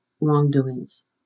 wrongdoings